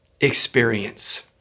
experience